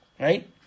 Right